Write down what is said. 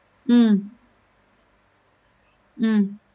mm mm